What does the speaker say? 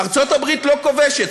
ארצות-הברית לא כובשת,